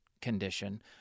condition